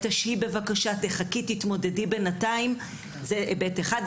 תשהי, תחכי, תתמודדי בינתיים, זה היבט אחד.